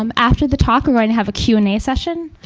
um after the talk, we're going to have a q and a a session,